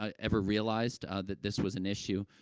ah ever realized, ah, that this was an issue,